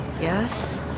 Yes